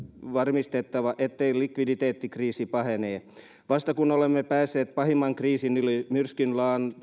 varmistettava ettei likviditeettikriisi pahene vasta kun olemme päässeet pahimman kriisin yli myrskyn